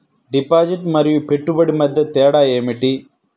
Deposit మరియు పెట్టుబడి మధ్య తేడా ఏమిటి?